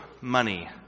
money